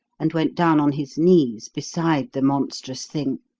and went down on his knees beside the monstrous thing,